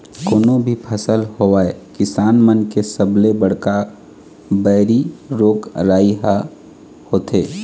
कोनो भी फसल होवय किसान मन के सबले बड़का बइरी रोग राई ह होथे